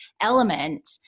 element